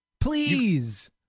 Please